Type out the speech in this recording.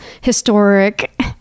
historic